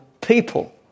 people